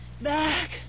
back